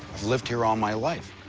i've lived here all my life.